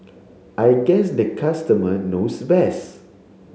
I guess the customer knows best